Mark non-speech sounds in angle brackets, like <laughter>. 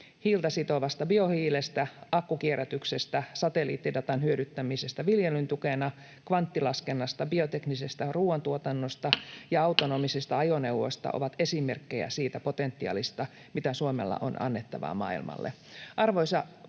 hiiltä sitovasta biohiilestä, akkukierrätyksestä, satelliittidatan hyödyntämisestä viljelyn tukena, kvanttilaskennasta, bioteknisestä ruoantuotannosta <noise> ja autonomisista ajoneuvoista ovat esimerkkejä siitä potentiaalista, mitä Suomella on annettavaa maailmalle.